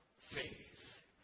faith